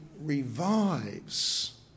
revives